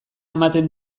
ematen